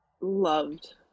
loved